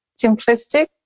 simplistic